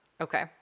Okay